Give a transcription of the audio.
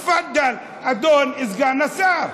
תפדל, אדון סגן השר.